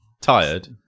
tired